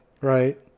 Right